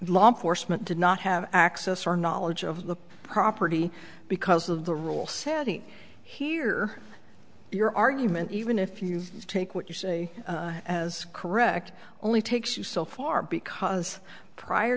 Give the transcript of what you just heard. law enforcement did not have access or knowledge of the property because of the rule sadly here your argument even if you take what you say as correct only takes you so far because prior